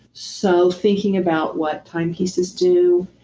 so, thinking about what time pieces do.